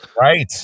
Right